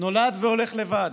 נולד והולך לבד,